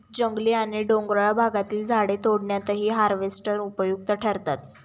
जंगली आणि डोंगराळ भागातील झाडे तोडण्यातही हार्वेस्टर उपयुक्त ठरतात